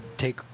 take